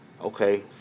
Okay